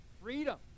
freedom